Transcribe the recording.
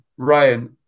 Ryan